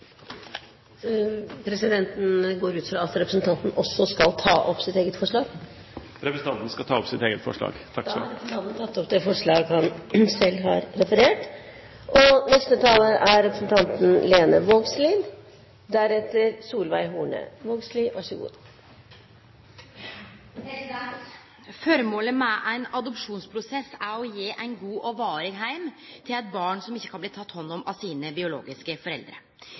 Presidenten går ut fra at representanten også skal ta opp forslag. Representanten skal ta opp Kristelig Folkepartis forslag. Da har representanten Øyvind Håbrekke tatt opp det forslaget han refererte til. Formålet med ein adopsjonsprosess er å gje ein god og varig heim til eit barn som ikkje kan bli teke hand om av dei biologiske foreldra sine.